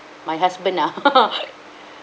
my husband ah